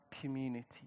community